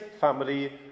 family